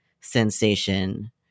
sensation